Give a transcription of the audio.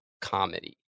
comedy